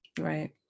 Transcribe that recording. Right